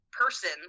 person